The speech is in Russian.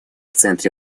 центре